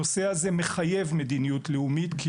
הנושא הזה מחייב מדיניות לאומית כי